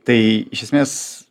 tai iš esmės